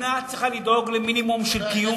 המדינה צריכה לדאוג למינימום של קיום,